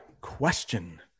question